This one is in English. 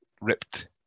ripped